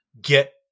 Get